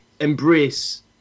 embrace